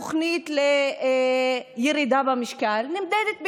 תוכנית לירידה במשקל נמדדת בקילוגרמים,